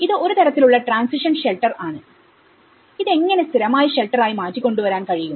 ഇത് ഒരു തരത്തിലുള്ള ട്രാൻസിഷൻ ഷെൽട്ടർആണ് ഇതെങ്ങനെ സ്ഥിരമായി ഷെൽട്ടർ ആയി മാറ്റി കൊണ്ടുവരാൻ കഴിയും